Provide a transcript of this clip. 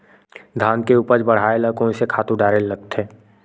धान के उपज ल बढ़ाये बर कोन से खातु डारेल लगथे?